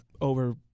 over